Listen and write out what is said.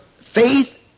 faith